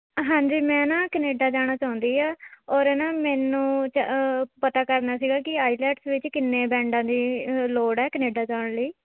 ਹਾਂਜੀ ਮੈਂ ਨਾ ਕਨੇਡਾ ਜਾਣਾ ਚਾਹੁੰਦੀ ਹਾਂ ਔਰ ਨਾ ਮੈਨੂੰ ਪਤਾ ਕਰਨਾ ਸੀਗਾ ਕਿ ਆਈਲੈਟਸ ਵਿੱਚ ਕਿੰਨੇ ਬੈਂਡਾਂ ਦੀ ਲੋੜ ਹੈ ਕਨੇਡਾ ਜਾਣ ਲਈ